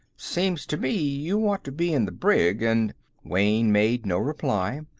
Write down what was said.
seems to me you ought to be in the brig, and wayne made no reply.